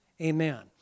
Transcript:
Amen